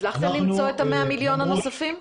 הצלחתם למצוא את ה-100 מיליון הנוספים?